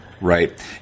Right